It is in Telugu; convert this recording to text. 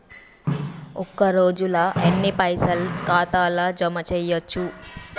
ఒక రోజుల ఎన్ని పైసల్ ఖాతా ల జమ చేయచ్చు?